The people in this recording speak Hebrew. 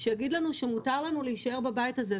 שיגיד לנו שמותר לנו להישאר בבית הזה.